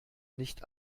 nicht